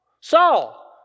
Saul